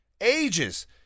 Ages